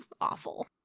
awful